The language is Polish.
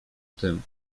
tym